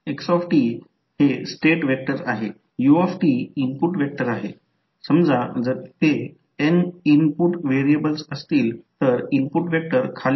तर म्हणूनच जर दोन्ही जर करंट डॉट पासून दूर जात असतील किंवा दोन्ही करंट डॉटमध्ये येत असतील तर चिन्ह असावे तर जर या कॉइलचाचा करंट एकदा डॉटमध्ये प्रवेश करत असेल तर दुसरा डॉट सोडत असेल तर ते चिन्ह असेल